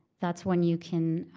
that's when you can